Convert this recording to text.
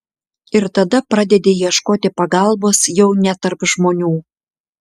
ir tada pradedi ieškoti pagalbos jau ne tarp žmonių